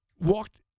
walked